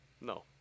No